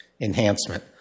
enhancement